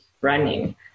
running